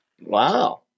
Wow